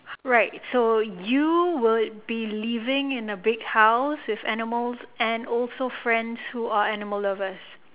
right so you would be living in a big house with animals and also friends who are animal lovers